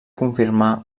confirmar